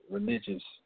Religious